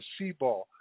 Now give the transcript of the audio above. Seaball